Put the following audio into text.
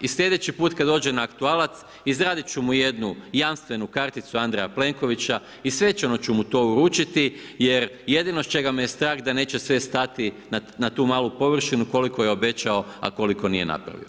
I sljedeći put kada dođe na aktualac izradit ću mu jednu jamstvenu karticu Andreja Plenkovića i svečano ću mu to uručiti jer jedinio čega me je strah da neće sve stati na tu malu površinu koliko je obećao, a koliko nije napravio.